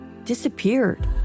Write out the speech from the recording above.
disappeared